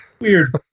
Weird